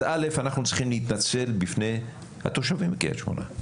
אז א' אנחנו צריכים להתנצל בפני התושבים בקריית שמונה,